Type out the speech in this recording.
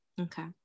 Okay